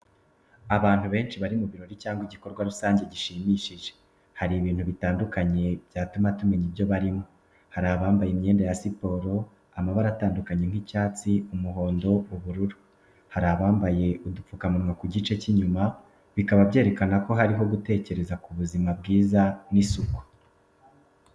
Abantu benshi bari mu birori cyangwa igikorwa rusange gishimishije. Hari ibintu bitandukanye byatuma tumenya ibyo barimo. Hari abambaye imyenda ya siporo amabara atandukanye nk'icyatsi, umuhondo, ubururu. Hari abambaye udupfukamunwa ku gice cy’inyuma, bikaba byerekana ko hariho gutekereza ku buzima bwiza n'isuku.